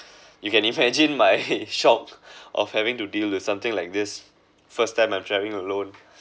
you can imagine my head shocked of having to deal with something like this first time I'm travelling alone